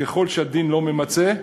ככל שהדין לא ממצה,